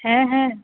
হ্যাঁ হ্যাঁ